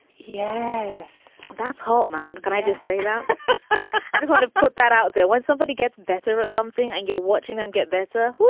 yeah yes, that's hard, man can i just say that i just want to put that out there. once somebody gets better at something and you're watching them get better.